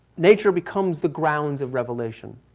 nature becomes the grounds of revelation.